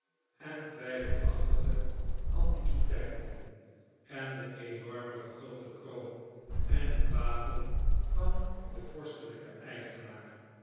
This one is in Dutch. en twijfelachtige antiquiteiten en de enorme vergulde kroon en het wapen van den vorstelijken eigenaar